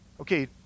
Okay